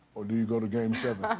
or do you go to game seven?